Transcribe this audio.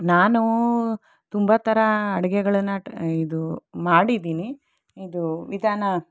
ನಾನು ತುಂಬ ತರ ಅಡುಗೆಗಳನ್ನು ಟ್ರೈ ಇದು ಮಾಡಿದ್ದೀನಿ ಇದು ವಿಧಾನ